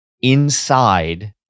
inside